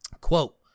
Quote